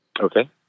Okay